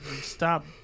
stop